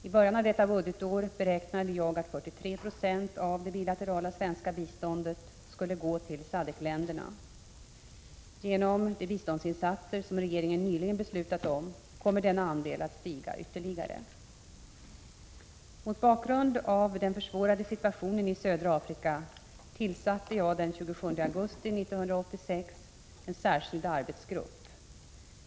I början av detta budgetår beräknade jag att 43 96 av det bilaterala svenska biståndet skulle gå till SADCC-länderna. Genom de biståndsinsatser som regeringen nyligen beslutat om kommer denna andel att stiga ytterligare. Mot bakgrund av den försvårade situationen i södra Afrika tillsatte jag den 27 augusti 1986 en särskild arbetsgrupp.